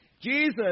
Jesus